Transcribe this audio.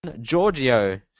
Giorgio